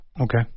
Okay